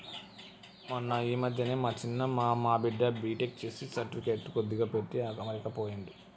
మొన్న ఈ మధ్యనే మా చిన్న మా బిడ్డ బీటెక్ చేసి సర్టిఫికెట్లు కొద్దిగా పెట్టి అమెరికా పోయిండు